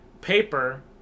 paper